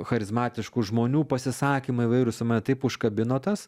charizmatiškų žmonių pasisakymai įvairūs ir mane taip užkabino tas